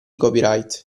copyright